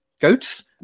goats